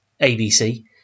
ABC